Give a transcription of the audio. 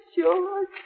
George